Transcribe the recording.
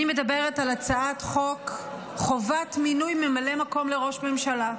אני מדברת על הצעת חוק חובת מינוי ממלא מקום לראש ממשלה,